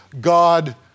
God